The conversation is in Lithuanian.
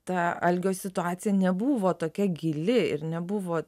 ta algio situacija nebuvo tokia gili ir nebuvo